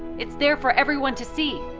it's there for everyone to see!